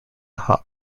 hot